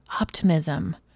optimism